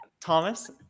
Thomas